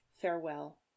farewell